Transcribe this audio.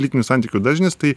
lytinių santykių dažnis tai